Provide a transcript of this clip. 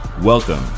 Welcome